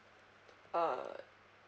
uh